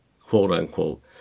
quote-unquote